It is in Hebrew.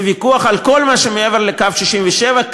זה ויכוח על כל מה שמעבר לקו 67',